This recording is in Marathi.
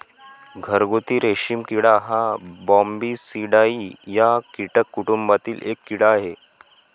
घरगुती रेशीम किडा हा बॉम्बीसिडाई या कीटक कुटुंबातील एक कीड़ा आहे